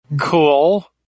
cool